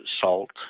salt